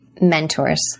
mentors